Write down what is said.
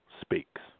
speaks